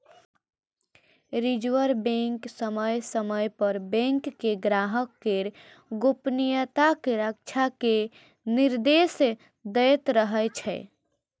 reserve bank समय समय पर बैंक कें ग्राहक केर गोपनीयताक रक्षा के निर्देश दैत रहै छै